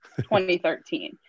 2013